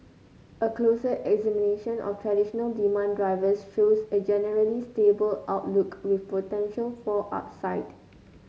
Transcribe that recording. a closer examination of traditional demand drivers shows a generally stable outlook with potential for upside